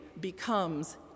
becomes